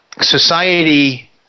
society